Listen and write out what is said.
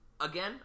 again